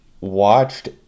watched